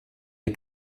les